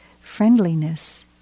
friendliness